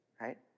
right